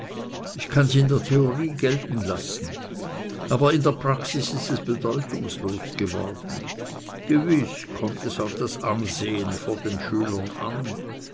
ich kann's in der theorie gelten lassen aber in der praxis ist es bedeutungslos geworden gewiß kommt es auf das ansehen vor den schülern an